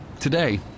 Today